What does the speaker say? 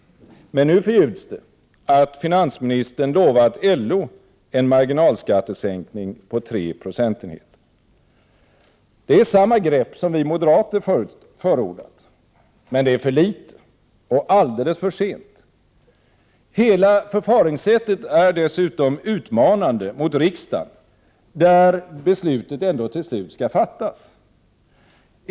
Men nu förljuds det att finansministern lovat LO en marginalskattesänkning med 3 procentenheter. Det är samma grepp som vi moderater förordat. Men det är för litet, och alldeles för sent. Hela förfaringssättet är dessutom utmanande mot riksdagen, där beslutet ändå till slut skall fattas.